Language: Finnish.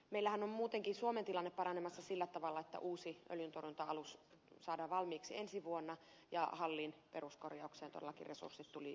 meillähän on muutenkin suomen tilanne paranemassa sillä tavalla että uusi öljyntorjunta alus saadaan valmiiksi ensi vuonna ja hallin peruskorjaukseen todellakin resurssit tulivat lisäbudjetissa